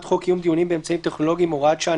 חוק קיום דיונים באמצעים טכנולוגיים (הוראת שעה,